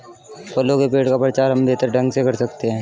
फलों के पेड़ का प्रचार हम बेहतर ढंग से कर सकते हैं